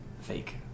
fake